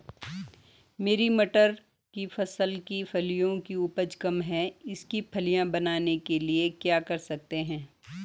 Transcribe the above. मेरी मटर की फसल की फलियों की उपज कम है इसके फलियां बनने के लिए क्या कर सकते हैं?